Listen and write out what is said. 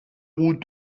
route